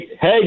hey